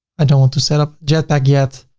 i don't want to set up jetpack yet.